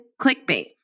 clickbait